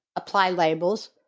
apply labels,